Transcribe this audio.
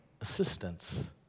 assistance